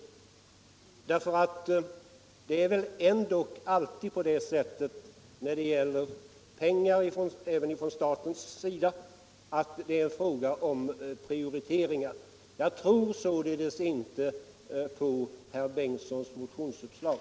Det är väl ändock alltid på det sättet när det gäller pengar, även från statens sida, att det blir fråga om prioriteringar. Jag tror således inte på herr Bengtsons motionsuppslag.